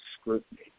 scrutiny